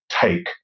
take